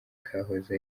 kahoze